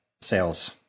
sales